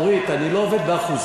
אורית, אני לא עובד באחוזים.